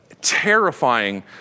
terrifying